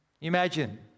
Imagine